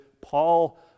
Paul